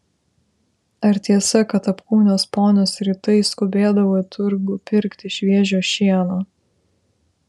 ar tiesa kad apkūnios ponios rytais skubėdavo į turgų pirkti šviežio šieno